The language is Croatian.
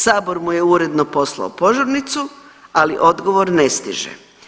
Sabor mu je uredno poslao požurnicu, ali odgovor ne stiže.